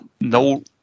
no